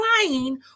crying